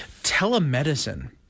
Telemedicine